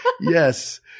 Yes